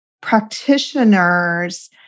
Practitioners